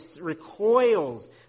recoils